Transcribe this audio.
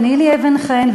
ונילי אבן-חן,